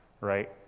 right